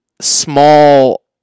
small